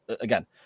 again